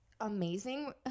amazing